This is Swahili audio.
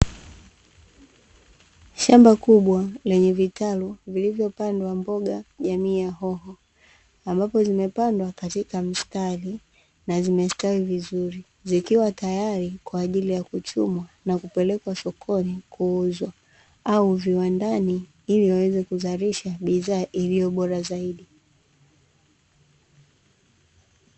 Shamba kubwa lenye vitalu vilivyopandwa mboga jamii ya hoho, ambapo zimepandwa katika mistari na zimestawi vizuri zikiwa tayari kwa ajili ya kuchumwa na kupelekwa sokoni kuuzwa au viwandani ili iweze kuzalisha bidhaa iliyo bora zaidi.